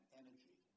energy